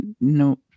no